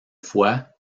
fois